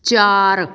ਚਾਰ